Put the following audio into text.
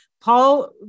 Paul